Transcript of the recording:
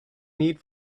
need